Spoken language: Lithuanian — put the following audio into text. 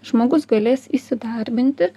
žmogus galės įsidarbinti